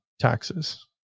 taxes